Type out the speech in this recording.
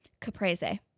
Caprese